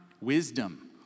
Wisdom